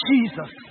Jesus